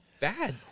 bad